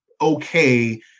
okay